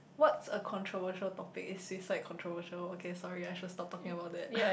what's a controversial topic it's seems like controversial okay sorry I should stop talking about that